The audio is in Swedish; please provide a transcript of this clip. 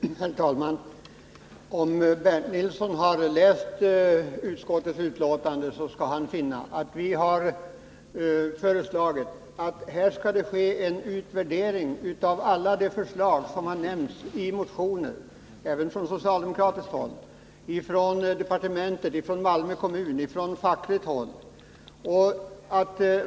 Herr talman! Om Bernt Nilsson har läst utskottsbetänkandet bör han veta att vi har föreslagit att det skall göras en utvärdering av alla de förslag som har lämnats, bl.a. i motioner — även från socialdemokratiskt håll —, från departementet, från Malmö kommun och från fackligt håll.